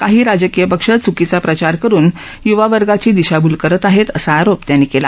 काही राजकीय पक्ष चुकीचा प्रचार करुन युवावर्गाची दिशाभूल करत आहेत असा आरोप त्यांनी केला